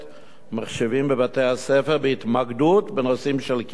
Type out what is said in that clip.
ומחשבים בבתי-הספר בהתמקדות בנושאים של קרינה,